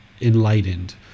enlightened